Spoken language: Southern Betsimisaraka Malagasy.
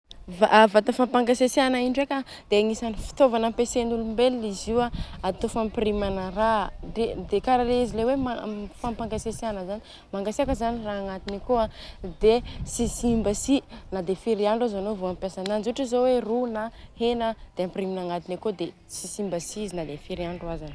Vata-fampangatsitsiahana io ndreka a dia agnisany fitaovana ampiasain'olombelona atô fampirimana raha. Dia kara le izy le hoe maha fampangatsitsiahana zany, mangatsiaka zany raha agnatiny akô dia tsy simba si na dia firy andro aza anô vô mampiasa ananjy. Ohatra zô hoe ro na hena dia ampirimina agnatiny akô dia tsy simba si izy na dia firy andro aza.